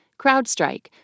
CrowdStrike